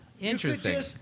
Interesting